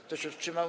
Kto się wstrzymał?